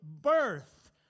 birth